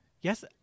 Yes